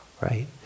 right